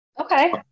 Okay